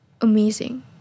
amazing